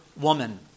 woman